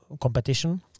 competition